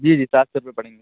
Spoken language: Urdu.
جی جی سات سو روپئے پڑیں گے